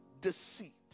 deceit